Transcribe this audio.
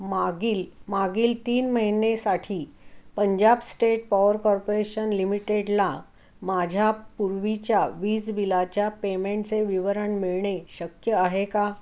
मागील मागील तीन महिन्यासाठी पंजाब स्टेट पॉवर कॉर्पोरेशन लिमिटेडला माझ्या पूर्वीच्या वीज बिलाच्या पेमेंटचे विवरण मिळणे शक्य आहे का